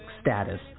status